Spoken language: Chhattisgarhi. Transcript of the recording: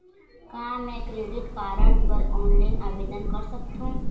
का मैं क्रेडिट कारड बर ऑनलाइन आवेदन कर सकथों?